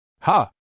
Ha